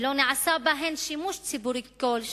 ולא נעשה בהן שימוש ציבורי כלשהו,